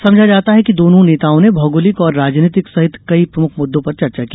समझा जाता है कि दोनों नेताओं ने भौगोलिक और राजनीतिक सहित कई प्रमुख मुद्दों पर चर्चा की